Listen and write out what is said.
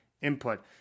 input